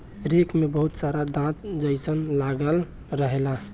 rake में बहुत सारा दांत जइसन लागल रहेला